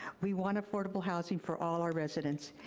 we want affordable housing for all our residents.